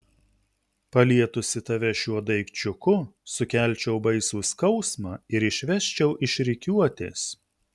palietusi tave šiuo daikčiuku sukelčiau baisų skausmą ir išvesčiau iš rikiuotės